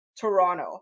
Toronto